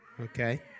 okay